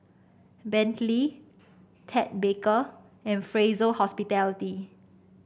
Bentley Ted Baker and Fraser Hospitality